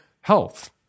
health